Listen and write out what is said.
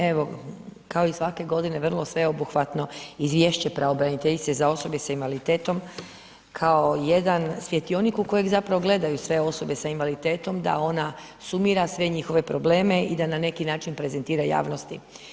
Evo, kao i svake godine vrlo sveobuhvatno Izvješće pravobraniteljice za osobe sa invaliditetom kao jedan svjetionik u kojeg zapravo gledaju sve osobe sa invaliditetom da ona sumira sve njihove probleme i da na neki način prezentira javnosti.